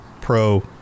pro